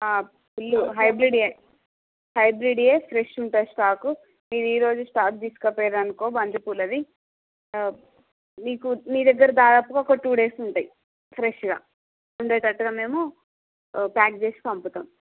full హైబ్రీడే హైబ్రీడే fresh ఉంటాయి స్టాక్ ఇవి ఈ రోజు స్టాక్ తీసుకుపోయినారు అనుకో బంతిపూలవి మీకు మీ దగ్గర దాదాపుగా టు డేస్ ఉంటాయి ఫ్రెష్ గా ఉండేటట్టుగా మేము ప్యాక్ చేసి పంపుతాం